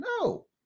No